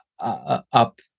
Up